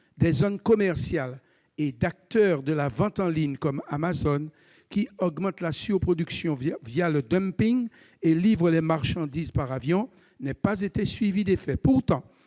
des zones commerciales et d'acteurs de la vente en ligne, comme Amazon, qui augmentent la surproduction le dumping et livrent leurs marchandises par avion, n'aient pas été suivis d'effet. Pourtant,